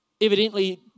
Evidently